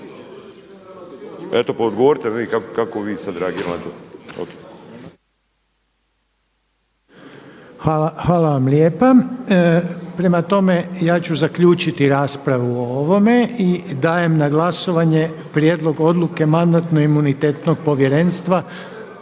eto pa odgovorite mi vi kako bi vi sada reagirali na to.